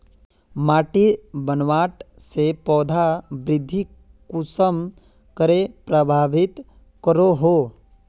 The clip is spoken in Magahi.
माटिर बनावट से पौधा वृद्धि कुसम करे प्रभावित करो हो?